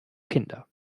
kinder